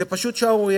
זו פשוט שערורייה.